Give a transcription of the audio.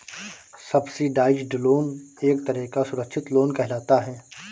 subsidised loan एक तरह का सुरक्षित लोन कहलाता है